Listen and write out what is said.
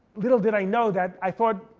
little did i know that, i thought,